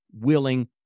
willing